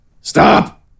Stop